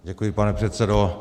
Děkuji, pane předsedo.